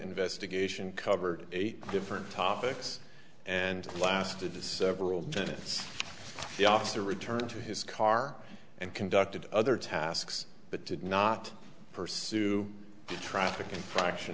investigation covered eight different topics and lasted is several minutes the officer returned to his car and conducted other tasks but did not pursue the traffic infraction